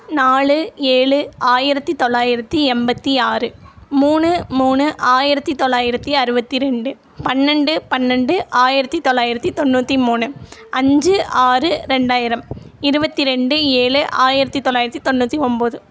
நாலு ஏழு ஆயிரத்தி தொள்ளாயிரத்தி எண்பத்தி ஆறு மூணு மூணு ஆயிரத்தி தொள்ளாயிரத்தி அறுபத்தி ரெண்டு பன்னெண்டு பன்னெண்டு ஆயிரத்தி தொள்ளாயிரத்தி தொண்ணூற்றி மூணு அஞ்சு ஆறு ரெண்டாயிரம் இருபத்தி ரெண்டு ஏழு ஆயிரத்தி தொள்ளாயிரத்தி தொண்ணூற்றி ஒம்பது